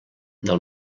del